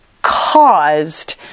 caused